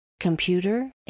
Computer